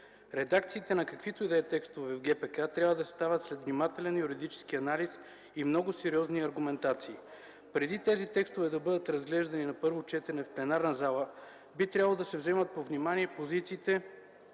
Редакциите на каквито и да е текстове в Гражданския процесуален кодекс трябва да стават след внимателен юридически анализ и много сериозни аргументации. Тези текстове преди да бъдат разглеждани на първо четене в пленарната зала, би трябвало да се вземат под внимание позициите